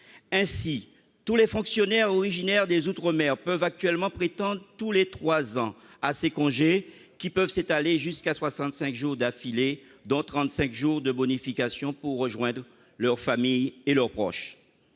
Ainsi, tous les fonctionnaires originaires des outre-mer peuvent actuellement prétendre tous les trois ans à ces congés, qui peuvent s'étaler jusqu'à soixante-cinq jours d'affilée, dont trente-cinq jours de bonification, pour rejoindre leurs familles et leurs proches.